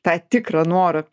tą tikrą norą